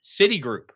citigroup